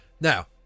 now